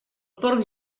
porc